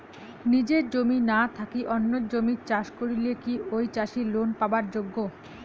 নিজের জমি না থাকি অন্যের জমিত চাষ করিলে কি ঐ চাষী লোন পাবার যোগ্য?